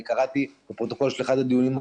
קראתי בפרוטוקול של אחד הדיונים הקודמים,